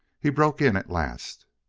he broke in at last.